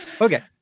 Okay